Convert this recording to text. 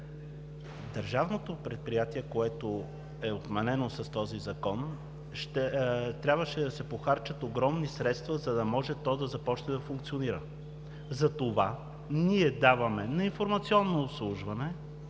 държавното предприятие, което е отменено с този закон, трябваше да се похарчат огромни средства, за да може да започне да функционира. Затова ние даваме на „Информационно обслужване“